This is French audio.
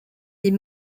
des